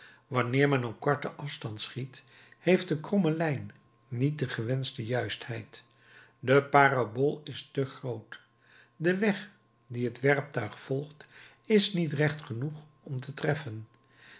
wanneer men op korten afstand schiet heeft de kromme lijn niet de gewenschte juistheid de parabool is te groot de weg dien het werptuig volgt is niet recht genoeg om te treffen